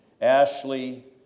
Ashley